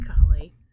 golly